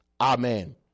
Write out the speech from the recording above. amen